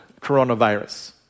coronavirus